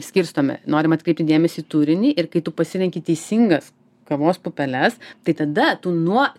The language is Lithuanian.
skirstome norim atkreipti dėmesį į turinį ir kai tu pasirenki teisingas kavos pupeles tai tada tu nuo